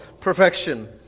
perfection